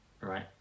right